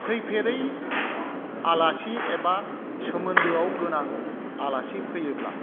फैफेरै आलासि एबा सोमोन्दोआव गोनां आलासि फैयोब्ला